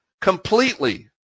completely